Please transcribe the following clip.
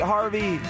Harvey